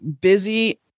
busy